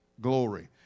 Glory